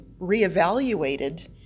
reevaluated